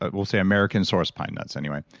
ah we'll say americansourced pine nuts, anyway.